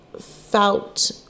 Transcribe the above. felt